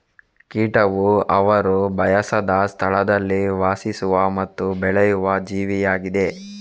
ಕೀಟವು ಅವರು ಬಯಸದ ಸ್ಥಳದಲ್ಲಿ ವಾಸಿಸುವ ಮತ್ತು ಬೆಳೆಯುವ ಜೀವಿಯಾಗಿದೆ